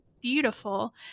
beautiful